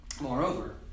Moreover